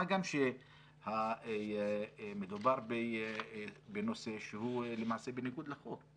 מה גם שמדובר בנושא שהוא למעשה בניגוד לחוק,